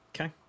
Okay